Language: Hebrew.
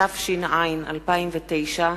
התש"ע 2009,